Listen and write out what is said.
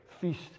feast